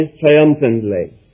triumphantly